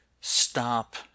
stop